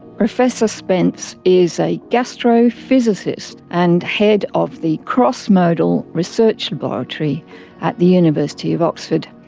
professor spence is a gastrophysicist and head of the crossmodal research laboratory at the university of oxford.